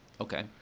Okay